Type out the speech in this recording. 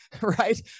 right